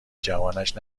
جوانش